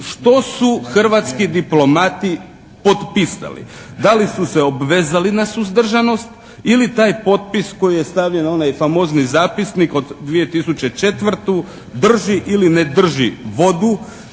što su hrvatski diplomati potpisali? Da li su se obvezali na suzdržanost ili taj potpis koji je stavljen na onaj famozni zapisnik od 2004. drži ili ne drži vodu